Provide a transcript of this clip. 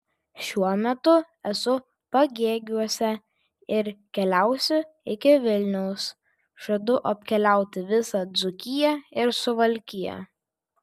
šiuo metu esu pagėgiuose ir keliausiu iki vilniaus žadu apkeliauti visą dzūkiją ir suvalkiją